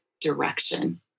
direction